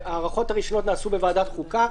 ההארכות הראשונות נעשו בוועדת החוקה,